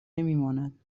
نمیماند